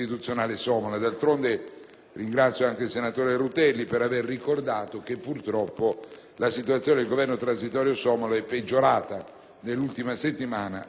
Ringrazio il senatore Rutelli per aver ricordato che purtroppo la situazione del Governo transitorio somalo è peggiorata nell'ultima settimana, non è certamente migliorata.